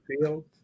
field